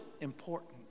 important